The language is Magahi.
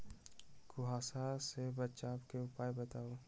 कुहासा से बचाव के उपाय बताऊ?